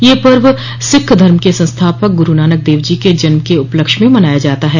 यह पर्व सिख धर्म क संस्थापक गुरूनानक देवजी के जन्म के उपलक्ष्य में मनाया जाता है